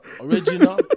original